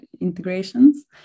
integrations